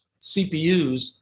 CPUs